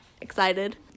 excited